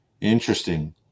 Interesting